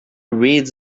read